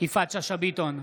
יפעת שאשא ביטון,